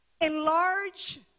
Enlarge